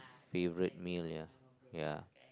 favourite meal ya ya